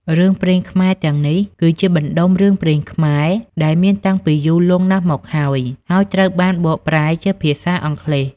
រឿងព្រេងខ្មែរ ទាំងនេះគឺជាបណ្តុំរឿងព្រេងខ្មែរដែលមានតាំងពីយូរលង់ណាស់មកហើយ ហើយត្រូវបានបកប្រែជាភាសាអង់គ្លេស។